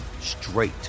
straight